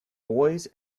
boys